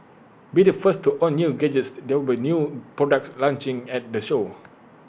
be the first to own new gadgets there will be new products launching at the show